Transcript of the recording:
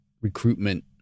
recruitment